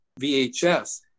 VHS